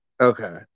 Okay